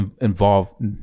involve